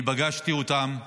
אני פגשתי אותם.